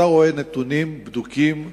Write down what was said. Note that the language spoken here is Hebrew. כשאתה רואה נתונים בדוקים,